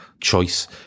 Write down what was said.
choice